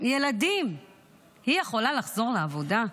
ילדים יכולה לחזור לעבודה?